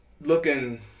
looking